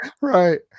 Right